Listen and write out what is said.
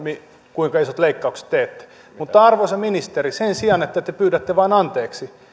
kuinka isot leikkaukset teette mutta arvoisa ministeri sen sijaan että te pyydätte vain anteeksi